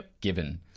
given